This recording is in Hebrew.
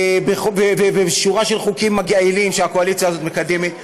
ובשורה של חוקים מגעילים שהקואליציה הזאת מקדמת,